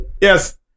Yes